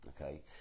okay